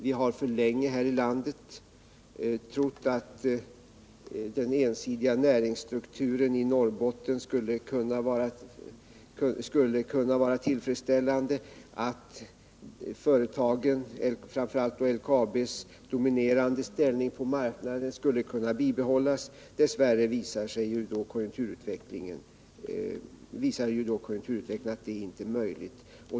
Vi har för länge här i landet trott att den ensidiga näringsstrukturen i Norrbotten skulle kunna vara tillfredsställande och att företagens, framför allt då LKAB:s, dominerande ställning på marknaden skulle kunna bibehållas. Dess värre har ju konjunkturutvecklingen visat att det inte är möjligt.